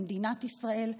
במדינת ישראל,